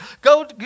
Go